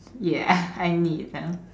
ya I need them